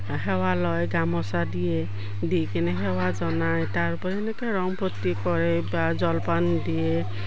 সেৱা লয় গামোচা দিয়ে দি কিনে সেৱা জনায় তাৰপৰি এনেকে ৰং ফূৰ্তি কৰে বা জলপান দিয়ে